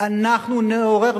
אנחנו נעורר,